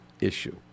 issue